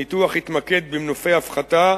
הניתוח התמקד במנופי הפחתה